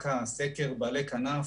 רק הסקר של בעלי כנף...